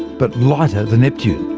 but lighter than neptune.